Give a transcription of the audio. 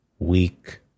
Weak